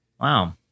Wow